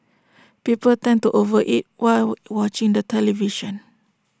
people tend to over eat while war watching the television